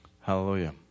Hallelujah